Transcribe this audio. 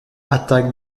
attaque